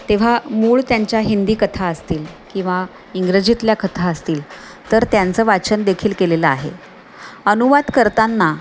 तेव्हा मूळ त्यांच्या हिंदी कथा असतील किंवा इंग्रजीतल्या कथा असतील तर त्यांचं वाचन देखील केलेलं आहे अनुवाद करताना